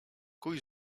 kuj